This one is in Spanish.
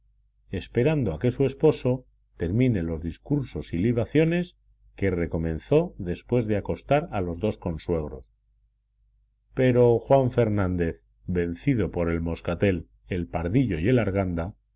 esperando a que su esposo termine los discursos y libaciones que recomenzó después de acostar a los dos consuegros pero juan fernández vencido por el moscatel el pardillo y el arganda